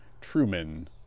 Truman